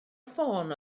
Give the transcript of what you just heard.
ffôn